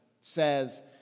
says